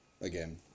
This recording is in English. again